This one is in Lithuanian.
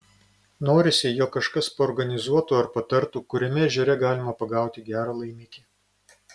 norisi jog kažkas paorganizuotų ar patartų kuriame ežere galima pagauti gerą laimikį